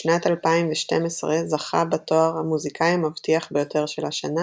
בשנת 2012 זכה בתואר המוזיקאי המבטיח ביותר של השנה,